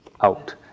out